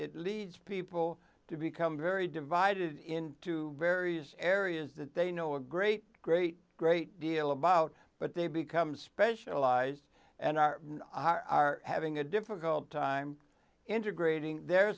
it leads people to become very divided into various areas that they know a great great great deal about but they become specialized and are having a difficult time integrating their